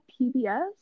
PBS